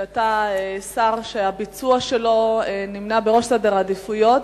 שאתה שר שהביצוע שלו נמנה בראש סדר העדיפויות,